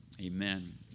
Amen